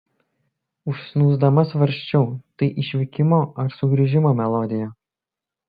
užsnūsdama svarsčiau tai išvykimo ar sugrįžimo melodija